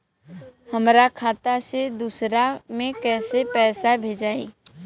हमरा खाता से दूसरा में कैसे पैसा भेजाई?